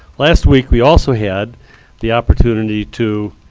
last week, we also had the opportunity to